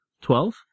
Twelve